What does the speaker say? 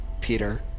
Peter